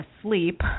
asleep